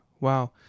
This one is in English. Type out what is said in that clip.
Wow